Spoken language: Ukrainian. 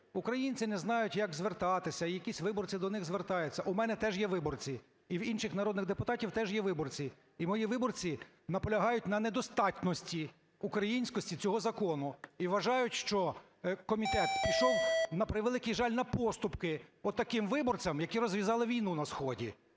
українці не знають, як звертатися, якісь виборці до них звертаються. У мене теж є виборці, і в інших народних депутатів теж є виборці. І мої виборці наполягають на недостатності українськості цього закону і вважають, що комітет пішов, на превеликий жаль, на поступки отаким виборцям, які розв'язали війну на сході.